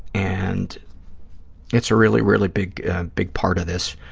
and it's a really, really big big part of this.